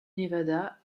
nevada